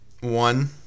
One